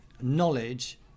knowledge